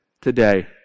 today